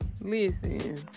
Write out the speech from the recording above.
Listen